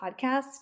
podcast